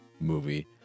movie